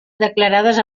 declarades